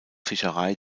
fischerei